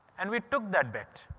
and we took that bet.